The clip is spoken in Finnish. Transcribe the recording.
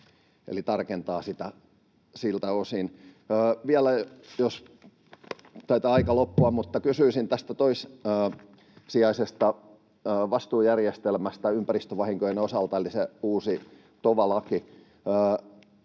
eli tarkennettaisiin sitä siltä osin. Taitaa aika loppua, mutta vielä kysyisin tästä toissijaisesta vastuujärjestelmästä ympäristövahinkojen osalta eli uudesta TOVA-laista.